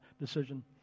decision